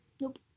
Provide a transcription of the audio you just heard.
Nope